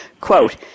Quote